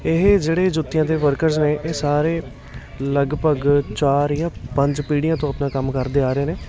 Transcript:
ਇਹ ਜਿਹੜੇ ਜੁੱਤੀਆਂ ਦੇ ਵਰਕਰਜ਼ ਨੇ ਇਹ ਸਾਰੇ ਲਗਭਗ ਚਾਰ ਜਾਂ ਪੰਜ ਪੀੜ੍ਹੀਆਂ ਤੋਂ ਆਪਣਾ ਕੰਮ ਕਰਦੇ ਆ ਰਹੇ ਨੇ